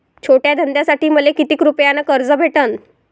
छोट्या धंद्यासाठी मले कितीक रुपयानं कर्ज भेटन?